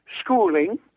schooling